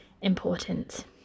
important